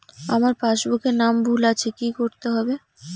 আমার পাসবুকে নাম ভুল আছে কি করতে হবে?